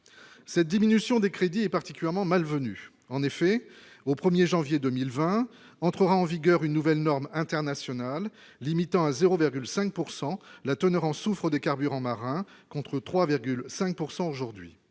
cette diminution des crédits est particulièrement mal venue en effet au 1er janvier 2020 entrera en vigueur une nouvelle norme internationale limitant à 0,5 pourcent la teneur en soufre des carburants marin contre 3,5 pourcent